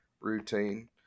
routine